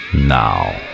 now